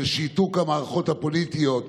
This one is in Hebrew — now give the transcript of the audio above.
של שיתוק המערכות הפוליטיות,